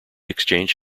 exchange